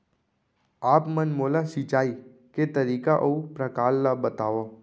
आप मन मोला सिंचाई के तरीका अऊ प्रकार ल बतावव?